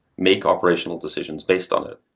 make operational decisions based on it.